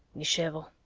nichevo.